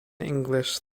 english